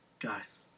Guys